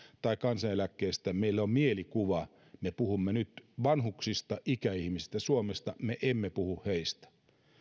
tai kansaneläkkeestä meillä on mielikuva että me puhumme vanhuksista ikäihmisistä suomessa me emme puhu heistä